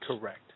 Correct